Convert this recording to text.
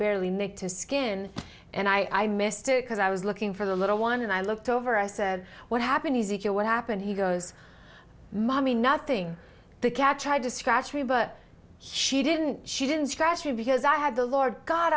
barely made to skin and i missed it because i was looking for the little one and i looked over i said what happened or what happened he goes mommy nothing the catcher had to scratch me but she didn't she didn't scratch me because i had the lord god